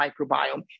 microbiome